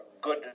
good